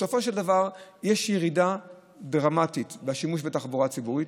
בסופו של דבר יש ירידה דרמטית בשימוש בתחבורה ציבורית,